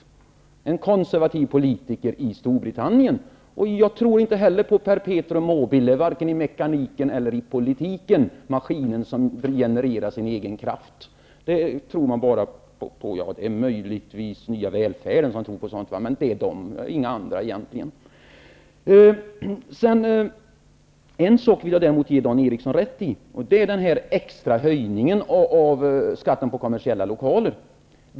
Det sade alltså en konservativ politiker i Storbritannien. Jag tror inte heller på perpetum mobile varken i mekaniken eller i politiken, maskinen som genererar sin egen kraft. Det skulle möjligtvis vara Nya välfärden som tror på sådant, men egentligen inga andra. En sak vill jag emellertid ge Dan Eriksson i Stockholm rätt i, nämligen det han sade om den extra höjningen av skatten på kommersiella lokaler.